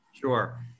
Sure